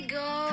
go